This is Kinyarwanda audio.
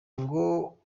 ngo